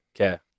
Okay